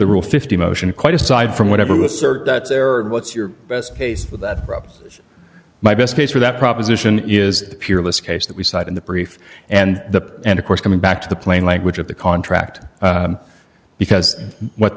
the rule fifty motion quite aside from whatever assert that there are what's your best case with my best case for that proposition is pure of this case that we cite in the brief and the end of course coming back to the plain language of the contract because what